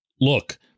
Look